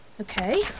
Okay